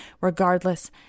Regardless